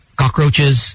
cockroaches